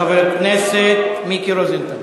חבר הכנסת מיקי רוזנטל,